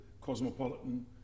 Cosmopolitan